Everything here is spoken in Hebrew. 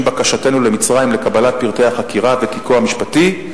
עם בקשתנו למצרים לקבלת פרטי החקירה ותיקו המשפטי,